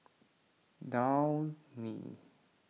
Downy